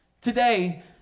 today